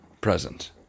present